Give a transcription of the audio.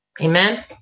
Amen